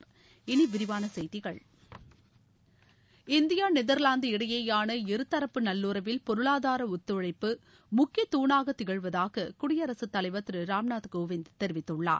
இனி விரிவான செய்திகள் இந்தியா நெதர்வாந்து இடையேயான இருதரப்பு நல்லுறவில் பொருளாதார ஒத்துழைப்பு முக்கியத் துனாக திகழ்வதாக குடியரசுத் தலைவர் ராம்நாத் கோவிந்த் தெரிவித்துள்ளார்